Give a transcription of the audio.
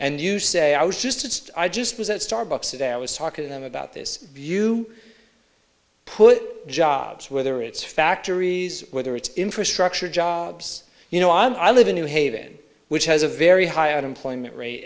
and you say i was just it's i just was at starbucks today i was talking to them about this view put jobs whether it's factories whether it's infrastructure jobs you know i live in new haven which has a very high unemployment rate